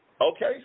Okay